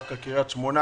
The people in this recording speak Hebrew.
דווקא קריית שמונה.